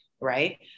right